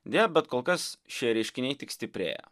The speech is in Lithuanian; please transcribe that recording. deja bet kol kas šie reiškiniai tik stiprėja